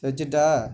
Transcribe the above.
வெச்சுருட்டா